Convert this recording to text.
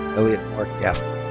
elliot mark gafter.